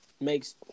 makes